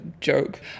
joke